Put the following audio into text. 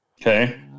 Okay